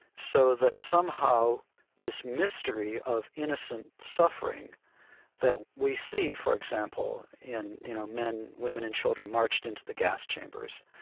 so that somehow this mystery of innocent suffering that we see, for example, in, you know, men, women and children marched into the gas chambers,